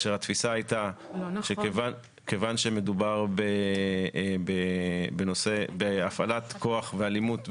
התפיסה הייתה שכיוון שמדובר בהפעלת כוח ואלימות,